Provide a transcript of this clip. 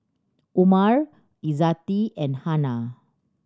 Umar Izzati and Hana